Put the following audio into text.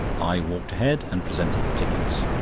i walked ahead and presented the tickets.